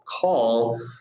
call